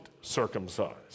circumcised